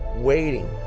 waiting,